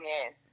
Yes